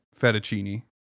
fettuccine